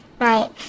Right